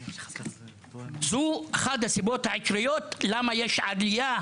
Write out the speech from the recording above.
זו אחת הסיבות העיקריות לסיבה לעלייה,